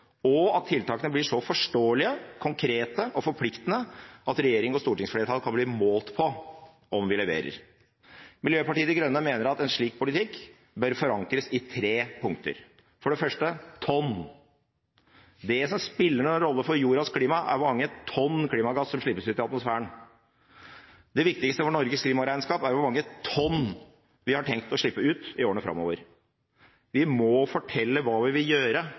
og at tiltakene blir så forståelige, konkrete og forpliktende at regjering og stortingsflertall kan bli målt på om vi leverer. Miljøpartiet De Grønne mener at en slik politikk bør forankres i tre punkter. For det første: tonn. Det som spiller noen rolle for jordas klima, er hvor mange tonn klimagass som slippes ut i atmosfæren. Det viktigste for Norges klimaregnskap er hvor mange tonn vi har tenkt å slippe ut i årene framover. Vi må fortelle hva vi vil gjøre